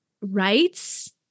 rights